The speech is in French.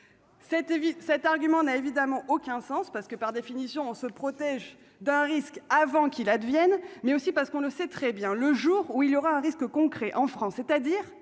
cet argument n'a évidemment aucun sens parce que par définition, on se protège d'un risque avant qu'il advienne, mais aussi parce qu'on le sait très bien le jour où il aura un risque concret en France, c'est-à-dire